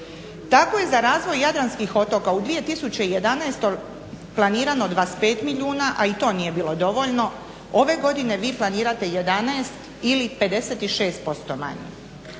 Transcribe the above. Tako je za razvoj jadranskih otoka u 2011.planirano 25 milijuna a i to nije bilo dovoljno, ove godine vi planirate 11 ili 56% manje.